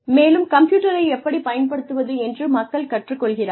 மேலும் கம்ப்யூட்டரை எப்படி பயன்படுத்துவது என்று மக்கள் கற்றுக் கொள்கிறார்கள்